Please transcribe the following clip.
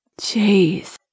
Jeez